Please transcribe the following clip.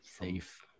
Safe